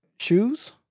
Shoes